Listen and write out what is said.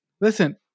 listen